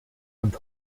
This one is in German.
und